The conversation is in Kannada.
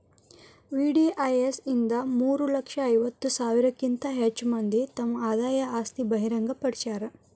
ವಿ.ಡಿ.ಐ.ಎಸ್ ಇಂದ ಮೂರ ಲಕ್ಷ ಐವತ್ತ ಸಾವಿರಕ್ಕಿಂತ ಹೆಚ್ ಮಂದಿ ತಮ್ ಆದಾಯ ಆಸ್ತಿ ಬಹಿರಂಗ್ ಪಡ್ಸ್ಯಾರ